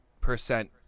percent